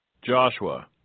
Joshua